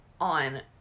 on